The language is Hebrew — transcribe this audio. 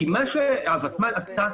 כי מה שהוותמ"ל עשתה,